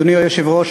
אדוני היושב-ראש,